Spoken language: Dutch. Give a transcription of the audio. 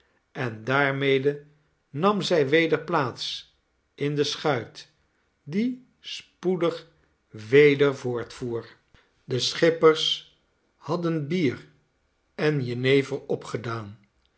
en daarmede nam z'y weder plaats in de schuit die spoedig weder voortvoer de schippers hadden bier en jenever opgedaan